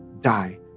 die